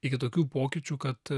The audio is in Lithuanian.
iki tokių pokyčių kad